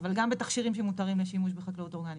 אבל גם בתכשירים שמותרים לשימוש בחקלאות אורגנית.